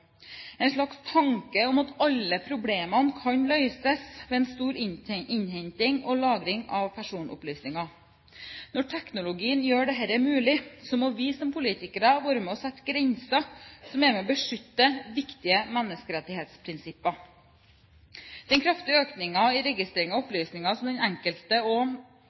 en slags tanke om at alle problemene kan løses ved en stor innhenting og lagring av personopplysninger. Når teknologien gjør dette mulig, må vi som politikere være med og sette grenser som er med på å beskytte viktige menneskerettighetsprinsipper. Den kraftige økningen i registrering av opplysninger om den enkelte